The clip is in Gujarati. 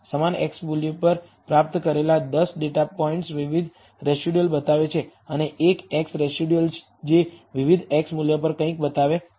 સમાન x વેલ્યુ પર પ્રાપ્ત કરેલા 10 ડેટા પોઇન્ટ્સ વિવિધ રેસિડયુઅલ બતાવે છે અને એક x રેસિડયુઅલ જે વિવિધ x મૂલ્ય પર કંઈક બતાવે છે